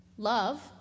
Love